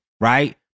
right